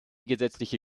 gesetzliche